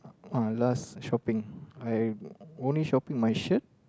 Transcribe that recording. uh last shopping I only shopping my shirt